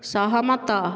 ସହମତ